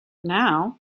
now